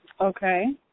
Okay